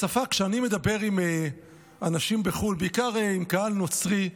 כשאני מדבר עם אנשים בחו"ל, בעיקר עם קהל נוצרי,